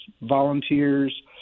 volunteers